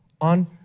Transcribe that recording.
on